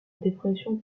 dépression